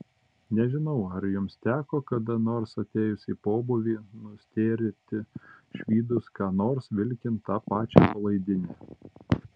nežinau ar jums teko kada nors atėjus į pobūvį nustėrti išvydus ką nors vilkint tą pačią palaidinę